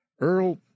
Earl